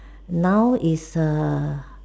now is err